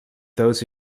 those